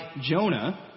Jonah